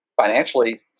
Financially